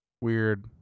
Weird